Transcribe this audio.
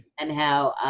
and how,